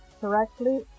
correctly